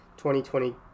2020